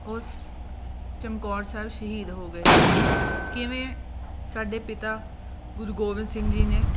ਉਸ ਚਮਕੌਰ ਸਾਹਿਬ ਸ਼ਹੀਦ ਹੋ ਗਏ ਕਿਵੇਂ ਸਾਡੇ ਪਿਤਾ ਗੁਰੂ ਗੋਬਿੰਦ ਸਿੰਘ ਜੀ ਨੇ